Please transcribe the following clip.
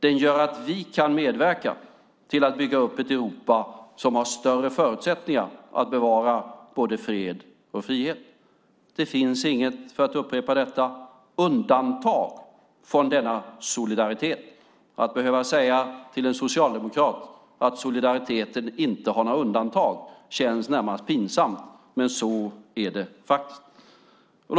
Den gör att vi kan medverka till att bygga upp ett Europa som har större förutsättningar att bevara både fred och frihet. Det finns, för att upprepa detta, inget undantag från denna solidaritet. Att behöva säga till en socialdemokrat att solidariteten inte har några undantag känns närmast pinsamt, men så är det faktiskt.